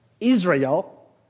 Israel